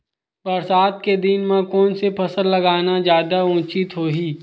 बरसात के दिन म कोन से फसल लगाना जादा उचित होही?